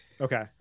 okay